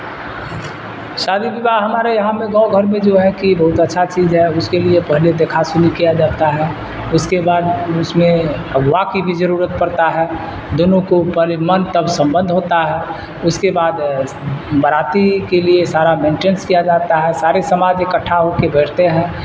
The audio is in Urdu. شادی وواہ ہمارے یہاں میں گاؤں گھر میں جو ہے کہ بہت اچھا چیز ہے اس کے لیے پہلے دیکھا سنی کیا جاتا ہے اس کے بعد اس میں اللہ کی بھی ضرورت پڑتا ہے دونوں کو پہلے من تب سمبندھ ہوتا ہے اس کے بعد باراتی کے لیے سارا مینٹنس کیا جاتا ہے سارے سماج اکٹھا ہو کے بیٹھتے ہیں